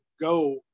go